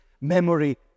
memory